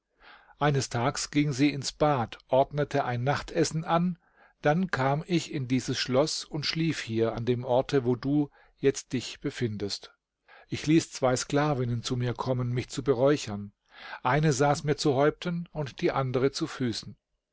eines tags ging sie ins bad ordnete ein nachtessen an dann kam ich in dieses schloß und schlief hier an dem orte wo du jetzt dich befindest ich ließ zwei sklavinnen zu mir kommen mich zu beräuchern eine saß mir zu häupten und die andere zu füßen